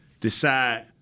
decide